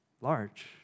large